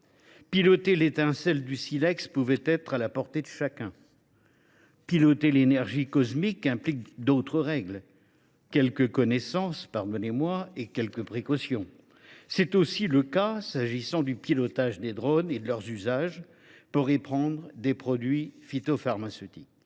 Piloter l’étincelle du silex pouvait être à la portée de chacun. Piloter l’énergie cosmique implique d’autres règles, quelques connaissances – pardonnez moi – et quelques précautions ! Tel est aussi le cas du pilotage des drones et de leur utilisation pour épandre des produits phytopharmaceutiques.